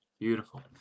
Beautiful